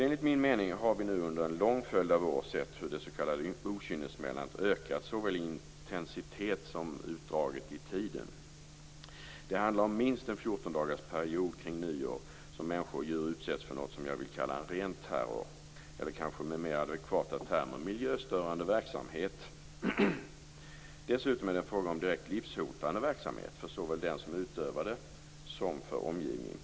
Enligt min mening har vi under en lång rad år sett hur det s.k. okynnessmällandet ökat i såväl intensitet som utdraget i tiden. Det handlar om minst en 14 dagarsperiod kring nyår då människor och djur utsätts för ren terror - kanske med mer adekvata termer miljöstörande verksamhet. Dessutom är det fråga om direkt livshotande verksamhet för såväl den som utövar verksamheten som för omgivningen.